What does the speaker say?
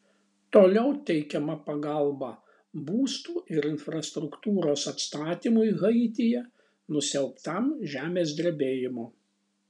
toliau teikiama pagalba būstų ir infrastruktūros atstatymui haityje nusiaubtam žemės drebėjimo